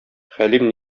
хәлим